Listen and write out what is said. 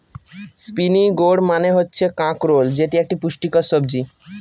spiny gourd মানে হচ্ছে কাঁকরোল যেটি একটি পুষ্টিকর সবজি